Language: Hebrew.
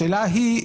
השאלה היא,